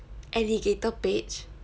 alligator page